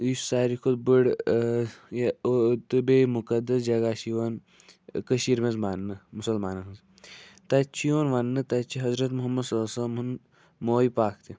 یُس سٲروی کھۄتہٕ بٔڑ یہِ تہٕ بیٚیہِ مُقدَس جگہ چھِ یِوان کٔشیٖرِ منٛز ماننہٕ مُسلمانن ہِنٛز تَتہِ چھُ یِوان وَننہٕ تَتہِ چھُ حضرت مُحمد صلی اللہ علیہ وسلم ہُن مویہِ پاک تہِ